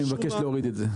אני מבקש להוריד את זה.